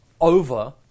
over